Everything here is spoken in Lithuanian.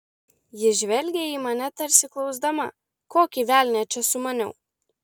ji žvelgė į mane tarsi klausdama kokį velnią čia sumaniau